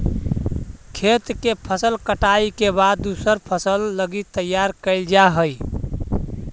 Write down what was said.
खेत के फसल कटाई के बाद दूसर फसल लगी तैयार कैल जा हइ